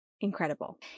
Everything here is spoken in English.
incredible